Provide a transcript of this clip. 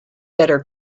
better